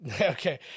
Okay